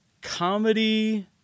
comedy